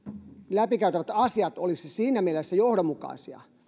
läpikäytävät asiat olisivat siinä mielessä johdonmukaisia